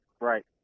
Right